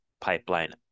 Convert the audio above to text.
pipeline